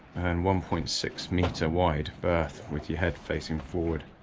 and one point six meter wide berth with your head facing forward.